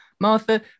martha